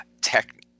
tech